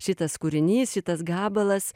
šitas kūrinys šitas gabalas